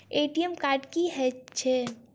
ATM card की हएत छै?